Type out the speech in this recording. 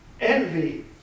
envy